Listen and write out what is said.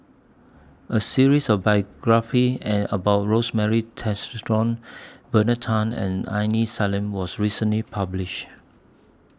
A series of biographies and about Rosemary Bernard Tan and Aini Salim was recently published